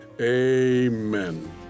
amen